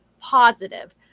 positive